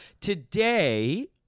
today